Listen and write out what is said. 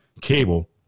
cable